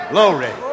Glory